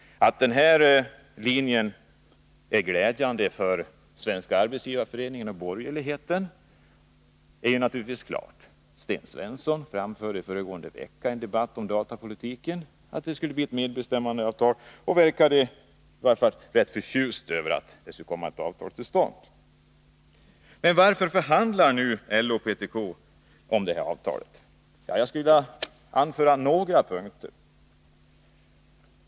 Att den linje som nu följs är glädjande för Svenska arbetsgivareföreningen och borgerligheten är klart. Sten Svensson sade föregående vecka i en debatt om datapolitiken att det skulle bli ett medbestämmandeavtal och verkade rätt förtjust över att det skulle komma till stånd ett avtal. Varför förhandlar nu LO och PTK om det här? Ja, jag skulle vilja anföra några synpunkter.